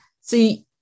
see